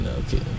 okay